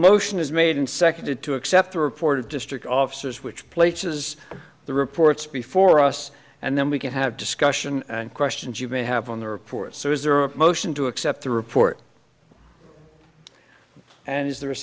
motion is made and seconded to accept the report of district officers which places the reports before us and then we can have discussion and questions you may have on the report so is there a motion to accept the report and is there a